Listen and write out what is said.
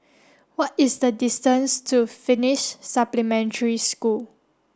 what is the distance to Finnish Supplementary School